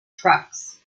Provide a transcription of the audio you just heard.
trucks